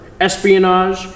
espionage